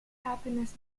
happiness